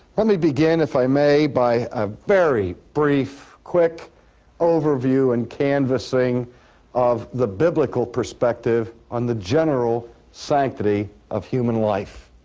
let me begin if i may by a very brief, quick overview and canvassing of the biblical perspective on the general sanctity of human life.